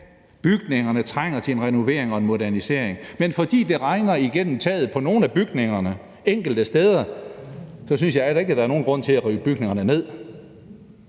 bygningerne trænger til en renovering og en modernisering, men fordi det regner igennem taget på nogle af bygningerne enkelte steder, er der ingen grund til at rive bygningerne ned.